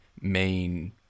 main